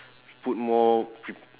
put more p~